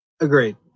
Agreed